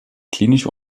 klinische